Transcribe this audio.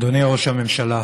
אדוני ראש הממשלה,